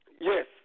Yes